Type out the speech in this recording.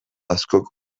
askok